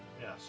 yes